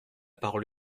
parole